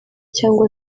cyangwa